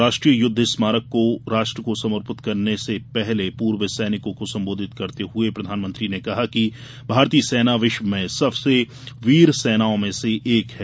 राष्ट्रीय युद्ध स्मारक को राष्ट्र को समर्पित करने से पहले पूर्व सैनिकों को सम्बोंधित करते हुए प्रधानमंत्री ने कहा कि भारतीय सेना विश्व में सबसे वीर सेनाओं में से एक है